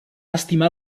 estimar